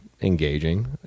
engaging